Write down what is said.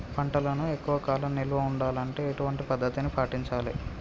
పంటలను ఎక్కువ కాలం నిల్వ ఉండాలంటే ఎటువంటి పద్ధతిని పాటించాలే?